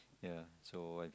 ya so I